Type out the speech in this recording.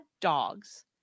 dogs